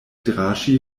draŝi